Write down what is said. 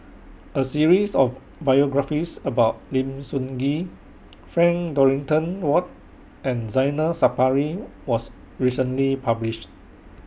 A series of biographies about Lim Sun Gee Frank Dorrington Ward and Zainal Sapari was recently published